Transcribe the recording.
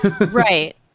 right